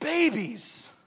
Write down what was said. Babies